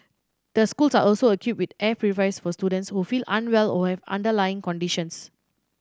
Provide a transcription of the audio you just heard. the schools are also equipped with air purifiers for students who feel unwell or have underlying conditions